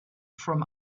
from